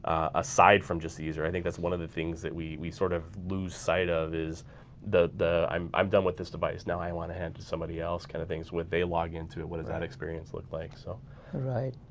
aside from just the user. i think that's one of the things that we sort of lose sight of is the, i'm i'm done with this device, now i want to hand to somebody else kind of things. when they log into it what does that experience look like? so right,